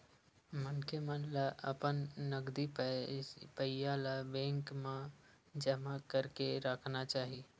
मनखे मन ल अपन नगदी पइया ल बेंक मन म जमा करके राखना चाही